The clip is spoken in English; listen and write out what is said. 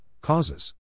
causes